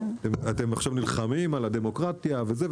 אתם עכשיו נלחמים על הדמוקרטיה וזה,